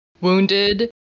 wounded